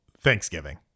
Thanksgiving